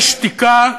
יש שתיקה.